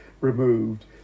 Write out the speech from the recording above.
removed